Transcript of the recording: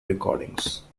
recordings